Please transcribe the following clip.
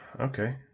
okay